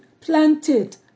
planted